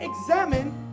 examine